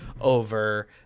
over